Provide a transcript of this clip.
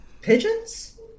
pigeons